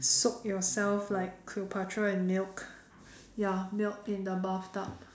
soak yourself like cleopatra in milk ya milk in the bathtub